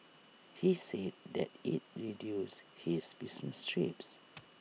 he said that IT reduces his business trips